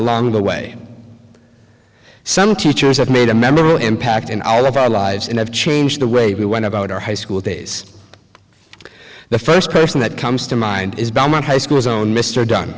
along the way some teachers have made a member impact in all of our lives and have changed the way we went about our high school days the first person that comes to mind is by my high school zone mr d